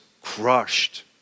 crushed